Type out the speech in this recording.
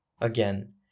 Again